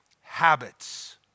habits